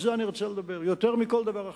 על זה אני רוצה לדבר יותר מכל דבר אחר.